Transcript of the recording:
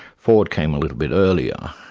ford came a little bit earlier.